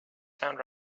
sound